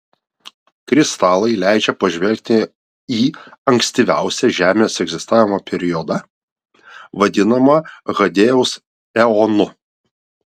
kristalai leidžia pažvelgti į ankstyviausią žemės egzistavimo periodą vadinamą hadėjaus eonu